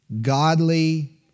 godly